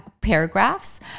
paragraphs